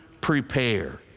prepare